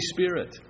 Spirit